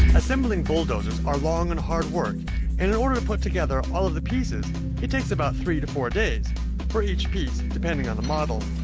assembling bulldozers are long and hard work and in order to put together all of the pieces it takes about three to four days for each piece depending on the model